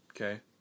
Okay